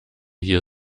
hier